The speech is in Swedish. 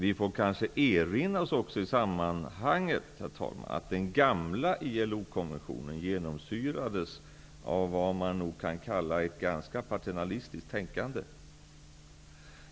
I det sammanhanget får vi kanske också erinra oss, herr talman, att den gamla ILO-konventionen genomsyrades av vad man nog kan kalla ett ganska paternalistiskt tänkande.